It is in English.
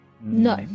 no